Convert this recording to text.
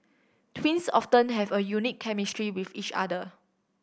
twins often have a unique chemistry with each other